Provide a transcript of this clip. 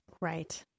Right